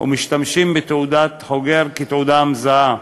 ומשתמשים בתעודת חוגר כתעודה מזהה,